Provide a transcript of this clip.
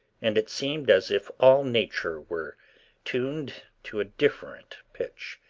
and it seemed as if all nature were tuned to a different pitch.